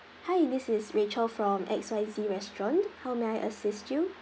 hi this is rachel from X Y Z restaurant how may I assist you